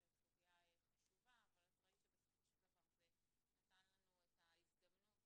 הסוגיה חשובה אבל ראית שבסופו של דבר זה נתן לנו את ההזדמנות